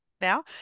now